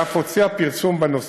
ואף הוציאה פרסום בנושא.